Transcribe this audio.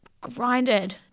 grinded